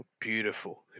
Beautiful